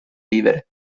vivere